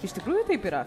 iš tikrųjų taip yra